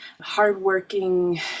hardworking